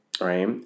Right